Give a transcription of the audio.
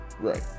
Right